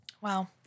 Wow